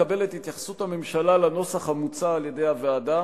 היא ביקשה לקבל את התייחסות הממשלה לנוסח המוצע על-ידי הוועדה